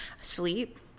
sleep